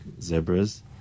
Zebras